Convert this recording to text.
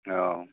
औ